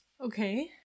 Okay